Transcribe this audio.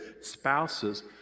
spouses